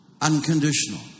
unconditional